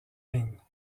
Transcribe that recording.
ligues